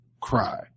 cry